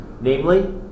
Namely